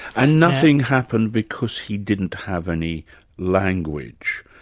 and nothing happened because he didn't have any language.